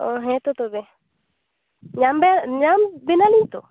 ᱚ ᱦᱮᱸ ᱛᱳ ᱛᱚᱵᱮ ᱧᱟᱢᱵᱮ ᱧᱟᱢ ᱵᱮᱱᱟᱞᱤᱧ ᱛᱳ